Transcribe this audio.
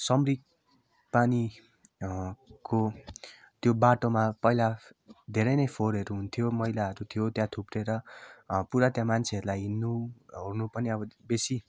सामरिक पानीको अँ त्यो बाटोमा पहिला धेरै नै फोहोरहेरू हुन्थ्यो मैलाहरू थियो त्यहाँ थुप्रेर अँ पुरा त्यहाँ मान्छेहरूलाई हिँड्नु ओर्नु पनि अब बेसी